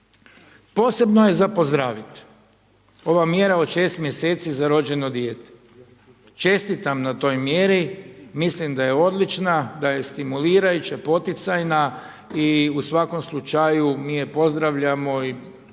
Posebno je za pozdraviti ova mjera od 6 mj. za rođeno dijete, čestitam na toj mjeri, mislim da je odlična, da je stimulirajuća, poticajna i u svakom slučaju mi je pozdravljamo, baš je